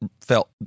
felt